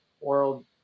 world